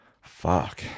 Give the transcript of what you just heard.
fuck